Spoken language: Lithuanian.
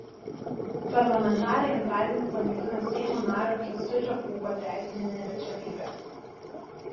parlamentarai antradienį panaikino seimo nario kęstučio pūko teisinę neliečiamybę